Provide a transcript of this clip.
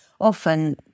often